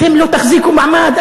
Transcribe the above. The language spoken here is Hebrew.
אתם לא תחזיקו מעמד.